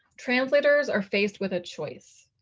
translators are faced with a choice.